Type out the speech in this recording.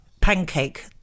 pancake